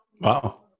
Wow